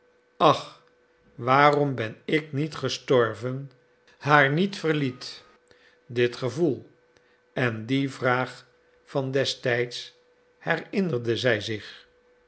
ach waarom ben ik niet gestorven haar niet verliet dit gevoel en die vraag van destijds herinnerde zij zich